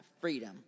freedom